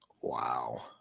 Wow